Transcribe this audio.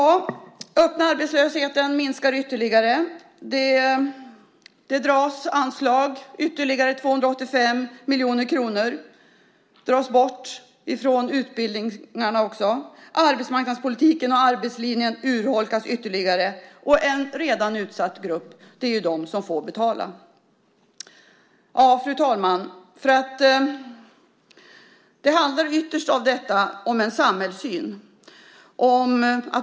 Den öppna arbetslösheten ökar. Ytterligare anslag på 285 miljoner kronor dras bort från utbildningarna. Arbetsmarknadspolitiken och arbetslinjen urholkas ytterligare. Och det är en redan utsatt grupp som får betala. Fru talman! Det handlar ytterst om en samhällssyn.